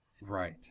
right